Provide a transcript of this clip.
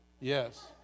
Yes